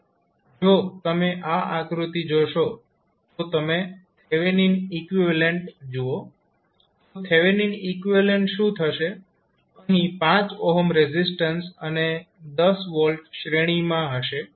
હવે જો તમે આ આકૃતિ જોશો જો તમે થેવેનીન ઇકવીવેલેન્ટ જુઓ તો થેવેનિન ઇકવીવેલેન્ટ શું થશે અહીં 5 રેઝિસ્ટન્સ સાથે 10 V શ્રેણીમાં હશે